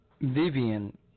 Vivian